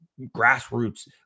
grassroots